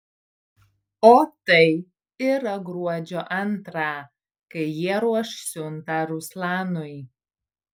o tai yra gruodžio antrą kai jie ruoš siuntą ruslanui